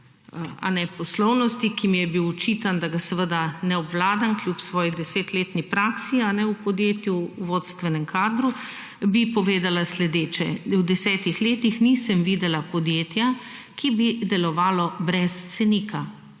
poslovnosti, ki mi je bil očitan, da ga seveda ne obvladam kljub svoji 10 letni praksi v podjetju v vodstvenem kadru bi povedala sledeče. V 10 letih nisem videla podjetja, ki bi delovalo brez cenika,